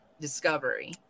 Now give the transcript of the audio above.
discovery